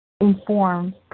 inform